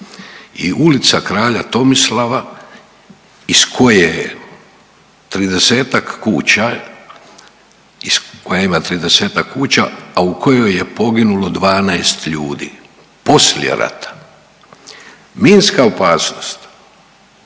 i Ulica kralja Tomislava iz koje je 30-tak kuća, koja ima 30-tak kuća, a u kojoj je poginulo 12 ljudi poslije rata. Minska opasnost